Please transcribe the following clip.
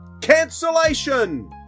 Cancellation